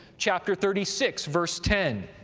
chapter thirty six, verse ten.